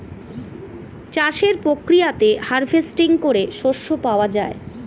চাষের প্রক্রিয়াতে হার্ভেস্টিং করে শস্য পাওয়া যায়